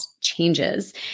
changes